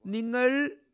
Ningal